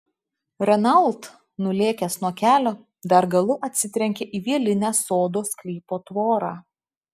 renault nulėkęs nuo kelio dar galu atsitrenkė į vielinę sodo sklypo tvorą